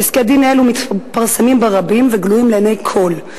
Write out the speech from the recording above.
פסקי-דין אלו מתפרסמים ברבים וגלויים לעיני כול.